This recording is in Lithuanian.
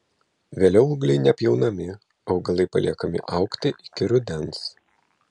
vėliau ūgliai nepjaunami augalai paliekami augti iki rudens